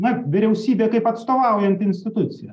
na vyriausybė kaip atstovaujanti institucija